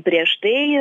prieš tai